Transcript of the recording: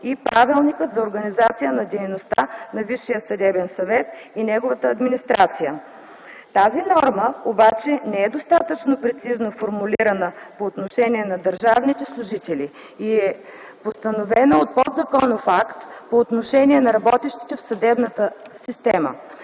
и Правилника за организацията и дейността на Висшия съдебен съвет и неговата администрация. Тази норма обаче не е достатъчно прецизно формулирана по отношение на държавните служители и е постановена от подзаконов акт по отношение на работещите в съдебната система.